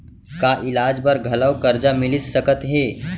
का इलाज बर घलव करजा मिलिस सकत हे?